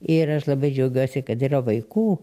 ir aš labai džiaugiuosi kad yra vaikų